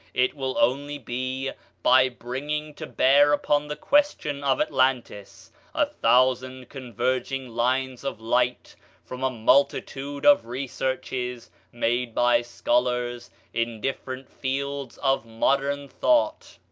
it will only be by bringing to bear upon the question of atlantis a thousand converging lines of light from a multitude of researches made by scholars in different fields of modern thought.